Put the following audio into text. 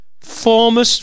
Former